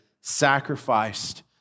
sacrificed